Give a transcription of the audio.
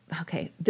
okay